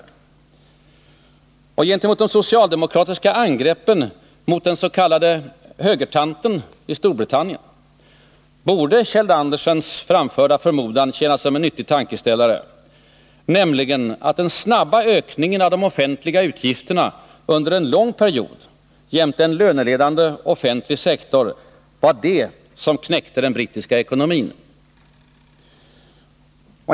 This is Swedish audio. Och gentemot de socialdemokratiska angreppen mot den s.k. högertanten i Storbritannien borde Kjeld Andersens framförda förmodan tjäna som en nyttig tankeställare, nämligen att den snabba ökningen av de offentliga utgifterna under en lång period jämte en löneledande offentlig sektor var det som knäckte den brittiska ekonomin.